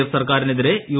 F സർക്കാരിനെതിരെ U